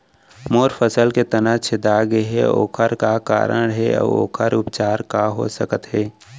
मोर फसल के तना छेदा गेहे ओखर का कारण हे अऊ ओखर उपचार का हो सकत हे?